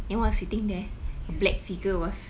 then while sitting there a black figure was